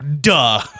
Duh